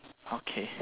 okay